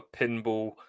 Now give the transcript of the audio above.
pinball